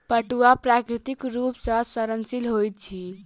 पटुआ प्राकृतिक रूप सॅ सड़नशील होइत अछि